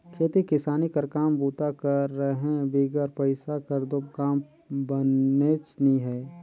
खेती किसानी कर काम बूता कर रहें बिगर पइसा कर दो काम बननेच नी हे